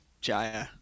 Jaya